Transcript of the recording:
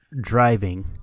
driving